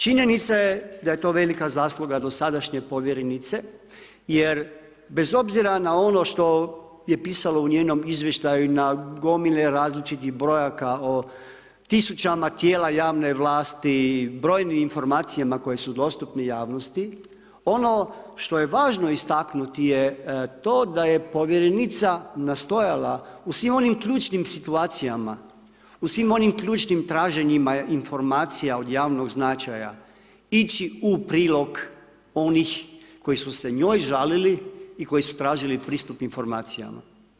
Činjenica je da je to velika zasluga dosadašnje povjerenice jer bez obzira na ono što je pisalo u njenom izvještaju, na gomile različitih brojaka o tisućama tijela javne vlasti i brojnim informacijama koje su dostupne javnosti, ono što je važno istaknuti je to da je povjerenica nastojala u svim onim ključnim situacijama, u svim onim ključnim traženjima informacija od javnog značaja ići u prilog onih koji su se njoj žalili i koji su tražili pristup informacijama.